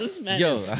yo